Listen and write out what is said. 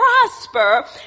prosper